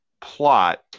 plot